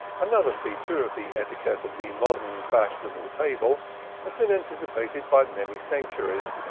another feature of the etiquette of the modern fashionable table had been anticipated by many centuries